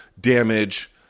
damage